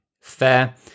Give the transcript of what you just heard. fair